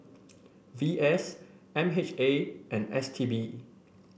V S M H A and S T B